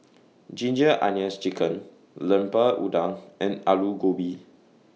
Ginger Onions Chicken Lemper Udang and Aloo Gobi